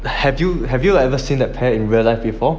have you have you ever seen that pair in real life before